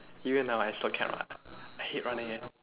even now I still cannot I hate running eh